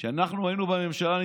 כשאנחנו היינו בממשלה,